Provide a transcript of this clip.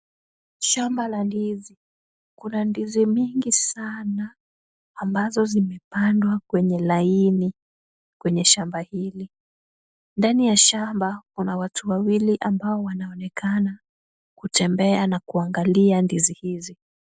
Shamba la ndizi. Kuna ndizi mingi sana ambazo zimepandwa kwenye laini kwenye shamba hili. Ndani ya shamba, kuna watu wawili ambao wanaonekana kutembea na kuangalia ndizi hizi.